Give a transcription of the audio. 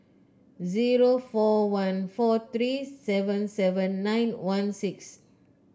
zero four one four three seven seven nine one six